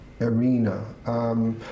arena